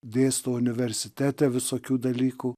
dėsto universitete visokių dalykų